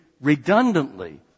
redundantly